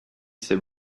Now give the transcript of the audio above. c’est